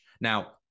Now